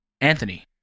Anthony